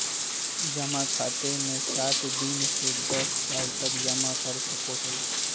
जमा खाते मे सात दिन से दस साल तक जमा कर सको हइ